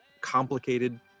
complicated